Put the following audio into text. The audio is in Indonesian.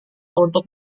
untuk